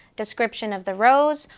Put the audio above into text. description of the rows,